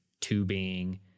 tubing